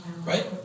Right